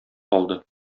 калды